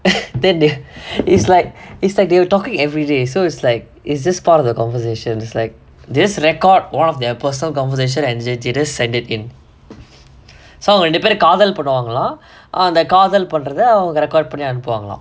and then they it's like it's like they were talking everyday so it's like is just part of the conversation like just record one of their personal conversation and they just send it in so அவங்க ரெண்டு பேரும் காதல் பண்ணுவாங்களாம் அந்த காதல் பண்றத அவங்க:avanga rendu paerum kaadhal pannuvaangalaam antha kaadhal pandratha avanga record பண்ணி அனுப்பு வாங்களாம்:panni anuppu vaangalaam